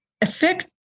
affect